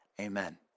Amen